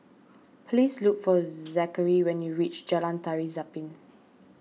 please look for Zachary when you reach Jalan Tari Zapin